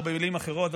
או במילים אחרות,